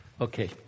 Okay